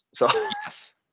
Yes